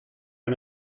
and